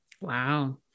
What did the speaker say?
wow